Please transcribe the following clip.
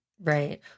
Right